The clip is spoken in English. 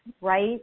right